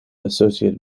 associated